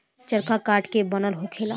चरखा काठ के बनल होखेला